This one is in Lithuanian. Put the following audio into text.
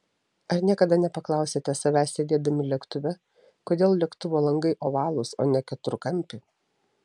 ar niekada nepaklausėte savęs sėdėdami lėktuve kodėl lėktuvo langai ovalūs o ne keturkampi